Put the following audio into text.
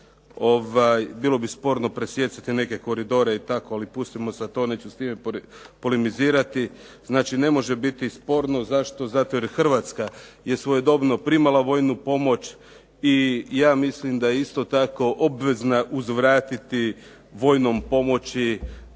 Bilo bi sporno presijecati neke koridore, ali pustimo sad to neću s time polemizirati. Znači, ne može biti sporno. Zašto? Zato jer Hrvatska je svojedobno primala vojnu pomoć i ja mislim da je isto tako obvezna uzvratiti vojnom pomoći